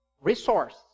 resource